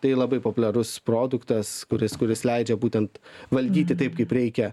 tai labai populiarus produktas kuris kuris leidžia būtent valdyti taip kaip reikia